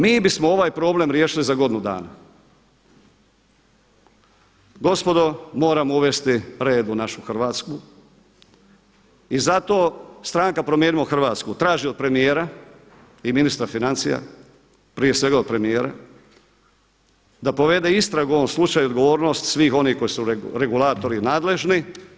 Mi bismo ovaj problem riješili za godinu dana. gospodo moramo uvesti red u našu Hrvatsku i zato stranka Promijenimo Hrvatsku traži od premijera i ministra financija, prije svega od premijera da povede istragu o ovom slučaju odgovornost svih onih koji su regulatori nadležni.